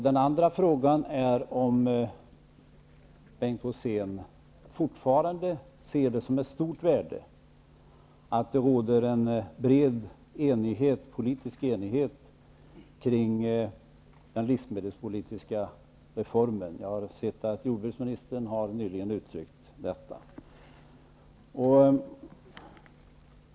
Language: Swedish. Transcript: Den andra frågan är om Bengt Rosén fortfarande ser det som ett stort värde att det råder en bred politisk enighet kring den livsmedelspolitiska reformen. Jag har sett att jordbruksministern nyligen har uttryckt detta.